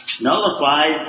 nullified